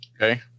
Okay